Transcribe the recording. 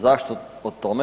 Zašto o tome?